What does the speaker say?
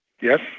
Yes